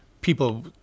people